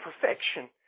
perfection